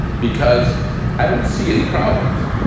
because i don't see any problems.